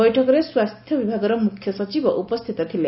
ବୈଠକରେ ସ୍ୱାସ୍ସ୍ୟ ବିଭାଗର ମୁଖ୍ୟ ସଚିବ ଉପସ୍ଥିତ ଥିଲେ